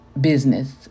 business